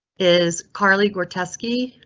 is carly gore tusky?